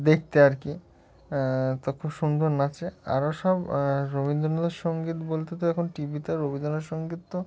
দেখতে আর কি তো খুব সুন্দর নাচে আরও সব রবীন্দ্র সঙ্গীত বলতে তো এখন টি ভিতে রবীন্দ্রনাথ সঙ্গীত তো